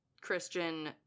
Christian